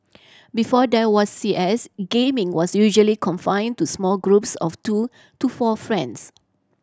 before there was C S gaming was usually confined to small groups of two to four friends